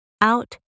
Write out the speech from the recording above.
out